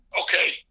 okay